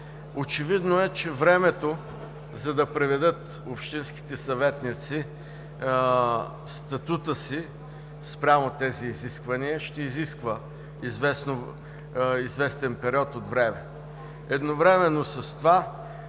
Очевидно е, че времето, за да приведат общинските съветници статута си спрямо тези изисквания, ще изисква известен период от време. Едновременно с това